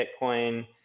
Bitcoin